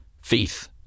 faith